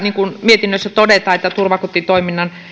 mietinnössä todetaan että turvakotitoiminnan